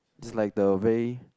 it's like the very